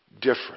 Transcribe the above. different